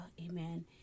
amen